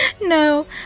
No